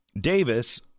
Davis